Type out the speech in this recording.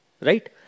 Right